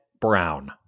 Brown